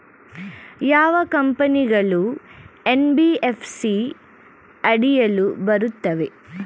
ಯಾವ ಕಂಪನಿಗಳು ಎನ್.ಬಿ.ಎಫ್.ಸಿ ಅಡಿಯಲ್ಲಿ ಬರುತ್ತವೆ?